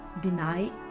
deny